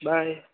bye